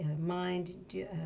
mind